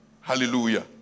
Hallelujah